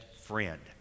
friend